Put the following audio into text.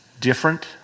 different